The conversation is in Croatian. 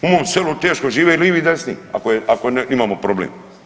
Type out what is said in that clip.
U mom selu teško žive i livi i desni, ako imamo problem.